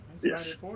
yes